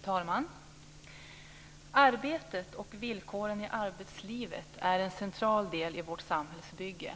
Fru talman! Arbetet och villkoren i arbetslivet är en central del i vårt samhällsbygge.